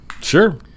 Sure